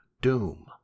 Doom